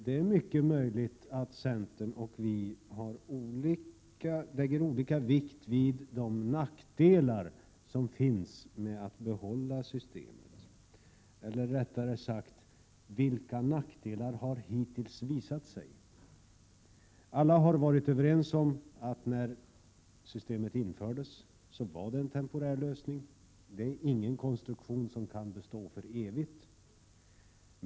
Det är mycket möjligt att centern och vi lägger olika vikt vid de nackdelar som finns med att behålla systemet. Eller rättare sagt: Vilka nackdelar har hittills visat sig? Alla har varit överens om att när systemet infördes var det en temporär lösning. Det är ingen konstruktion som kan bestå för evigt.